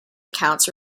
accounts